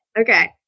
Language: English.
Okay